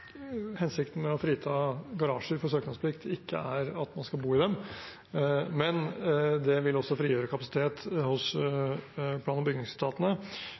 hensikten med å frita garasjer fra søknadsplikt ikke er at man skal bo i dem, men det vil også frigjøre kapasitet hos plan- og bygningsetatene,